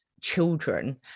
children